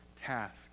task